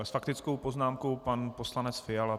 S faktickou poznámkou pan poslanec Fiala.